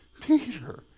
Peter